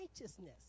righteousness